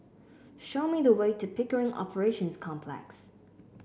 show me the way to Pickering Operations Complex